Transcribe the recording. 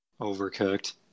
Overcooked